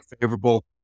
favorable